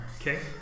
Okay